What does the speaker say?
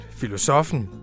filosofen